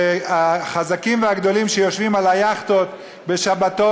שהחזקים והגדולים שיושבים על היאכטות בשבתות